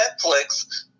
Netflix